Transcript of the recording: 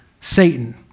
Satan